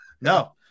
No